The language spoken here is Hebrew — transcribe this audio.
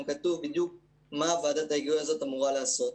כתוב בדיוק מה ועדת ההיגוי הזאת אמורה לעשות.